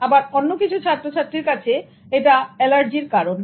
আবার অন্য কিছু ছাত্র ছাত্রীর কাছে এটা এলার্জির কারণ